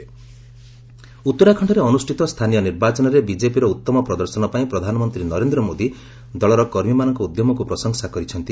PM Uttarakhand ଉତ୍ତରାଖଣ୍ଡରେ ଅନୁଷ୍ଠିତ ସ୍ଥାନୀୟ ନିର୍ବାଚନରେ ବିଜେପିର ଉତ୍ତମ ପ୍ରଦର୍ଶନ ପାଇଁ ପ୍ରଧାନମନ୍ତ୍ରୀ ନରେନ୍ଦ୍ର ମୋଦି ଦଳର କର୍ମୀମାନଙ୍କ ଉଦ୍ୟମକୁ ପ୍ରଶଂସା କରିଛନ୍ତି